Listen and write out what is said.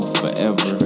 forever